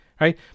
Right